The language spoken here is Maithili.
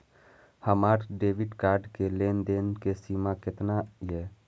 हमार डेबिट कार्ड के लेन देन के सीमा केतना ये?